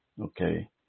Okay